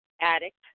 addict